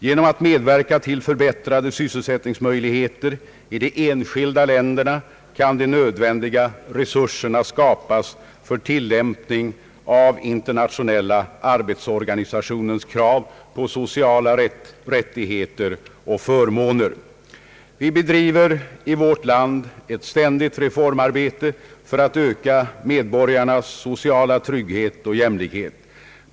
Genom att medverka till förbättrade sysselsättningsmöjligheter i de enskilda länderna kan man skapa de nödvändiga resurserna för tillämpning av Internationella arbetsorganisationens krav på sociala rättigheter och förmåner. Vi bedriver i vårt land ett ständigt reformarbete för att öka medborgarnas sociala trygghet och jämlikhet.